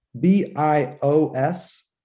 B-I-O-S